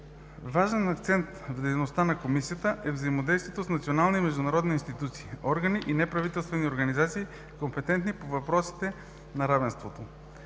Важен акцент в дейността на Комисията е взаимодействието с национални и международни институции, органи и неправителствени организации, компетентни по въпросите за равенството.